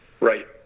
Right